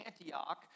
Antioch